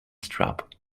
strap